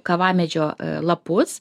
kavamedžio lapus